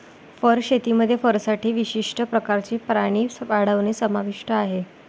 fur शेतीमध्ये फरसाठी विशिष्ट प्रकारचे प्राणी वाढवणे समाविष्ट आहे